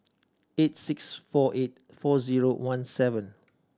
eight six four eight four zero one seven